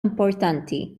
importanti